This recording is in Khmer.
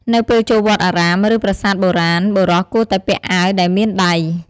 នៅពេលចូលវត្តអារាម ឬប្រាសាទបុរាណ បុរសគួរតែពាក់អាវដែលមានដៃ។